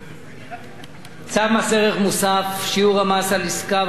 צו מס ערך מוסף (שיעור המס על עסקה ועל ייבוא טובין) (תיקון מס'